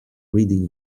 reading